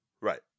Right